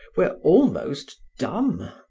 were almost dumb,